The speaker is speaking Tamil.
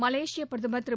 மலேசிய பிரதமர் திரு